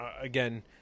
again